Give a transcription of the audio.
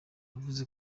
yavuze